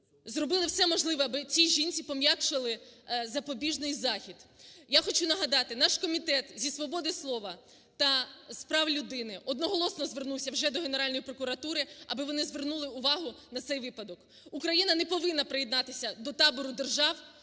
зробили все можливе, аби цій жінці пом'якшили запобіжний захід. Я хочу нагадати, наш Комітет зі свободи слова та з прав людини одноголосно звернувся вже до Генеральної прокуратури аби вони звернули увагу на цей випадок. Україна не повинна приєднатися до табору держав,